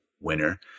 winner